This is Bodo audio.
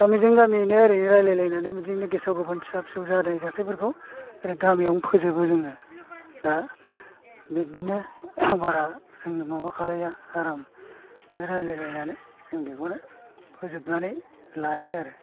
गामिजों गामियैनो एरै रायलाय लायनानै बिदियैनो गेसाव गोफोन फिसा फिसौ जानाय जाथाइफोरखौ एरै गामियावनो फोजोबो जोङो दा बिबदिनो बारा जों माबा खालाइया आरामनो रायलाय लायनानै जों बिखौनो फोजोबनानै लायो आरो